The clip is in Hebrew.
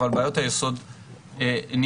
אבל בעיות היסוד נמצאות.